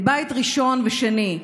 את בית ראשון ושני,